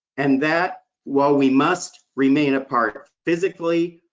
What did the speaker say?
and that, while we must remain apart physically,